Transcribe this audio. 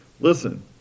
Listen